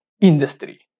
industry